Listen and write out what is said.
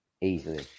Easily